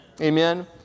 Amen